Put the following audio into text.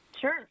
Sure